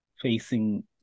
facing